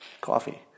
coffee